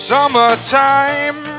Summertime